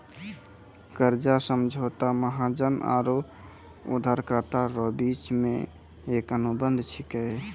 कर्जा समझौता महाजन आरो उदारकरता रो बिच मे एक अनुबंध छिकै